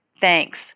Thanks